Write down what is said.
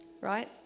Right